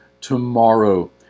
tomorrow